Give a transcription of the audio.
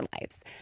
lives